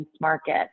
market